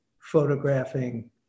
photographing